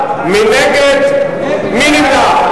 לא נתקבלו.